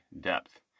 depth